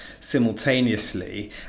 simultaneously